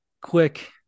quick